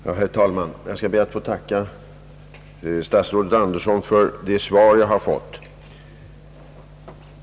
Herr talman! Jag skall be att få tacka statsrådet Andersson för det svar jag har fått.